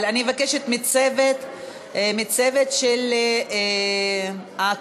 אבל אני מבקשת מהצוות של הקואליציה,